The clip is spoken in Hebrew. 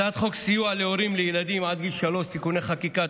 הצעת חוק סיוע להורים לילדים עד גיל שלוש (תיקוני חקיקה),